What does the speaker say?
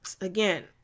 again